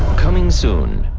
coming soon.